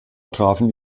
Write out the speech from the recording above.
trafen